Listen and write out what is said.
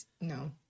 No